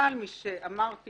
אבל משאמרתי